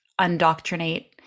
Undoctrinate